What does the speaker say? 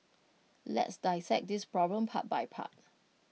let's dissect this problem part by part